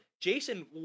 Jason